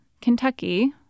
Kentucky